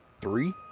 three